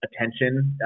attention